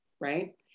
Right